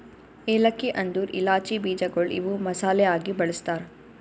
ಏಲಕ್ಕಿ ಅಂದುರ್ ಇಲಾಚಿ ಬೀಜಗೊಳ್ ಇವು ಮಸಾಲೆ ಆಗಿ ಬಳ್ಸತಾರ್